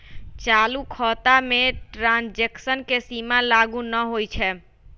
चालू खता में ट्रांजैक्शन के सीमा लागू न होइ छै